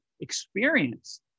experience